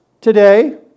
today